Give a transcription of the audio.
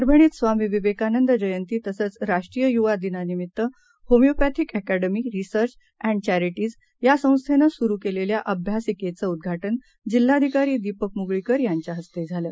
परभणीतस्वामीविवेकानंदजयंतीतसंचराष्ट्रीययुवादिनानिमित्तहोमिओपॅथिकअकॅडमी रिसर्चअँडचॅरिटीजयासंस्थेनंसुरूकेलेल्याअभ्यासिकेचेउद्घाटनजिल्हाधिकारीदीपकमुगळीकरयांच्याहस्तेझालं